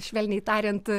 švelniai tariant